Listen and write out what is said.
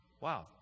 Wow